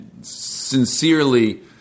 sincerely